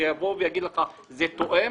שיגידו לך שזה תואם.